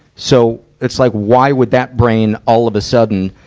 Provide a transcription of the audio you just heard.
so, it's like, why would that brain all of a sudden,